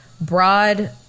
broad